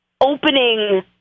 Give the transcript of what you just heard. opening